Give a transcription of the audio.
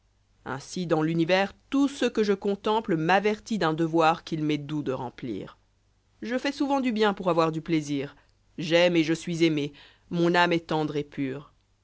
ainsi dans l'univers tout ce que je contemple m'avertit d'un devoir qu'il m'est doux de remplir je fais souvent du bien pour avoir du plaisir j'aime et je suis aimé mon âme est tendre et pure